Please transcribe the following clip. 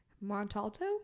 Montalto